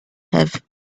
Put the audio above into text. have